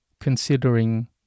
considering